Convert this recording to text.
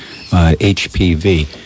HPV